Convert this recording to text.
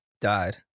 died